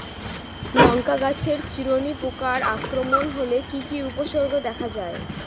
লঙ্কা গাছের চিরুনি পোকার আক্রমণ হলে কি কি উপসর্গ দেখা যায়?